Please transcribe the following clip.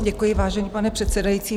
Děkuji, vážený pane předsedající.